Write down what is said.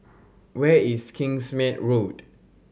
where is Kingsmead Road